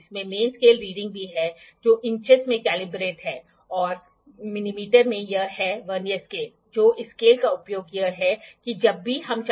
हालांकि कुछ जोड़ या सरल मेकेेनिसम जो मुख्य पैमाने या वर्नियर स्केल और एक रोटेटबल ब्लेड को पकड़ सकता है इसे बहुत वर्साटाइल बनाने के लिए उपयोग किया जा सकता है सकता है